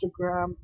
Instagram